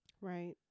Right